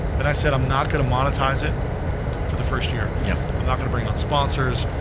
and i said i'm not gonna monetize it for the first year, yeah i'm not gonna bring on sponsors,